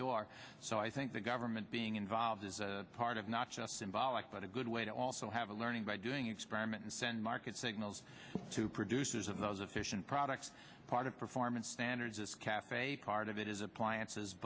door so i think the government being involved is a part of not just symbolic but a good way to also have a learning by doing experiment and send market signals to producers in those efficient products part of performance standards is cafe part of it is appliances